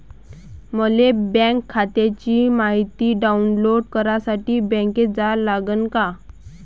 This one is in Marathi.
मले बँक खात्याची मायती डाऊनलोड करासाठी बँकेत जा लागन का?